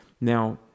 Now